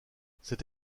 cette